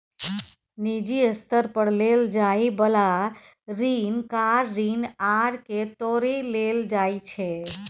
निजी स्तर पर लेल जाइ बला ऋण कार ऋण आर के तौरे लेल जाइ छै